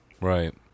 Right